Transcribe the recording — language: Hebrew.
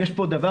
יש פה דבר